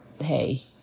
hey